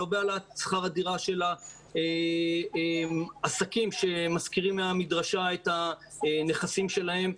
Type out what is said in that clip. לא בהעלאת שכר הדירה של העסקים שמשכירים מהמדרשה את הנכסים שלהם,